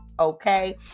Okay